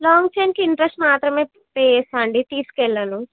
long చైన్కి interest మాత్రమే pay చేస్తా అండి తీసుకుని వేళ్ళను